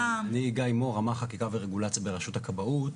אני גיא מור, רמ"ח חקירה ורגולציה ברשות הכבאות.